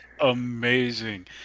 amazing